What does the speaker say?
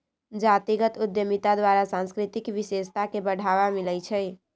जातीगत उद्यमिता द्वारा सांस्कृतिक विशेषता के बढ़ाबा मिलइ छइ